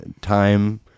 time